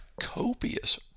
copious